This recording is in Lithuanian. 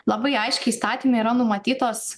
labai aiškiai įstatyme yra numatytos